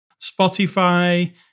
Spotify